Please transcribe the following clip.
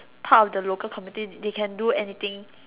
part of the local community they can do anything